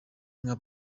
nka